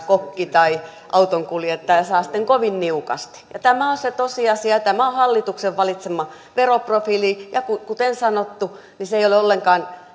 kokki tai autonkuljettaja saa sitten kovin niukasti tämä on se tosiasia ja tämä on hallituksen valitsema veroprofiili ja kuten sanottu se ei ole ollenkaan